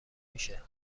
میشه